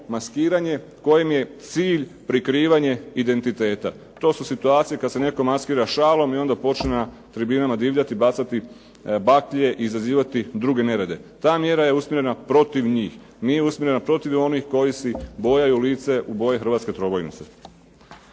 maskiranje kojem je cilj prikrivanje identiteta. To su situacije kad se netko maskira šalom i onda počne na tribinama divljati i bacati baklje i izazivati druge nerede. Ta mjera je usmjerena protiv njih. Nije usmjerena protiv onih koji si bojaju lice u boje hrvatske trobojnice.